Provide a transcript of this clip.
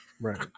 right